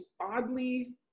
oddly